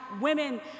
women